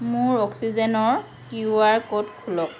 মোৰ অক্সিজেনৰ Q R code খোলক